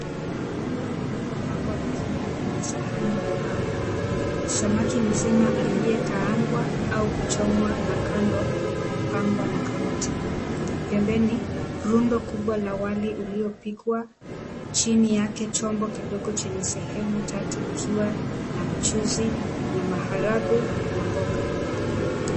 Mlo uliopangwa vizuri kwenye sahani ya mbao. Samaki mzima aliyekaangwa au kuchomwa na kando kupambwa na karoti. Pembeni rundo kubwa la wali uliopikwa, chini yake chombo kidogo chenye sehemu tatu likiwa na mchuzi na maharagwe na mboga.